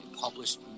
published